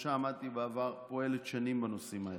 שבראשה עמדתי בעבר פועלת שנים בנושאים האלה.